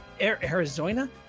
arizona